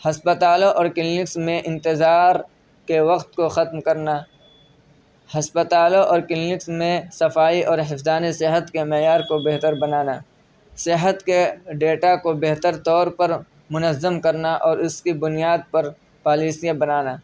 ہسپتالوں اور کلینکس میں انتظار کے وقت کو ختم کرنا ہسپتالوں اور کلینکس میں صفائی اور حفظان صحت کے معیار کو بہتر بنانا صحت کے ڈیٹا کو بہتر طور پر منظم کرنا اور اس کی بنیاد پر پالیسیاں بنانا